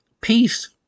peace